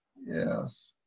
Yes